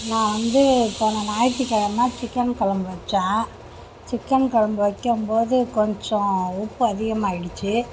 நான் வந்து போன ஞாயித்துக்கிழம சிக்கன் குழம்பு வெச்சேன் சிக்கன் குழம்பு வெக்கும்போது கொஞ்சம் உப்பு அதிகமாகிடுச்சு